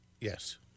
Yes